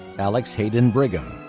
alex hayden brigham.